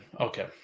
Okay